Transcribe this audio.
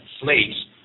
slaves